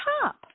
top